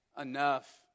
enough